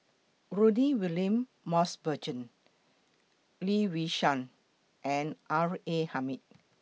Rudy William Mosbergen Lee Yi Shyan and R A Hamid